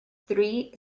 three